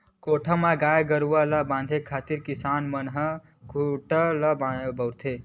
कोठा म गाय गरुवा ल बांधे खातिर किसान मन ह खूटा ल बउरथे